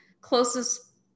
closest